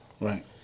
Right